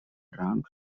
round